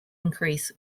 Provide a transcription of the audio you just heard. increase